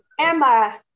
Emma